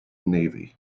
navy